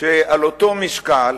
שעל אותו משקל,